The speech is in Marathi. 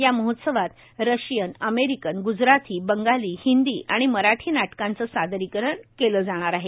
या महोत्सवात रशियन अमेरिकन ग्जराथी बंगाली हिंदी आणि मराठी नाटकांचे सादरीकरण केले जाणार आहे